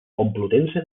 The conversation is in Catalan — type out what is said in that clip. complutense